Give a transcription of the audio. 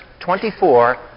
24